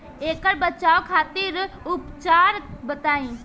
ऐकर बचाव खातिर उपचार बताई?